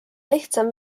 lihtsam